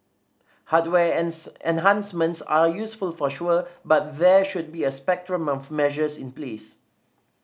hardware enhancements are useful for sure but there should be a spectrum of measures in place